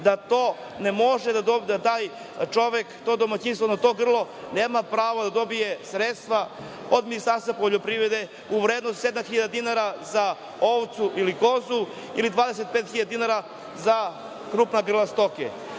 je početni broj, da taj čovek, to domaćinstvo na to grlo nema pravo da dobije sredstva od Ministarstva poljoprivrede u vrednosti od 7.000 dinara za ovcu ili kozu, ili 25.000 dinara za krupna grla stoke.